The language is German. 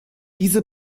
diese